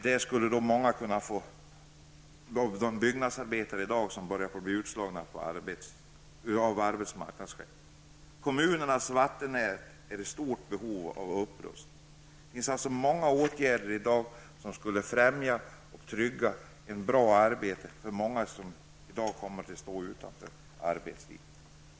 Där skulle många av de byggnadsarbetare som i dag börjar bli utslagna av arbetsmarknadsskäl kunna få arbete. Kommunernas vattennät är i stort behov av upprustning. Det finns alltså många åtgärder som skulle främja och trygga bra arbete för många som nu kommer att stå utanför arbetslivet.